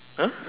!huh!